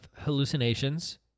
hallucinations